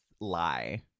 lie